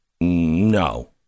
No